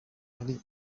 ari